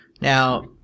Now